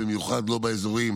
במיוחד לא באזורים